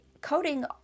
coating